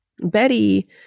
Betty